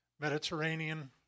Mediterranean